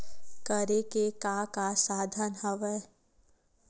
करे के का का साधन हवय?